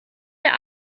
der